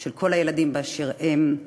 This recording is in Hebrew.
של כל הילדים באשר הם,